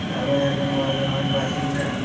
ଆମେ ହେଲୁ ମୟୂରଭଞ୍ଜ ବାସିନ୍ଦା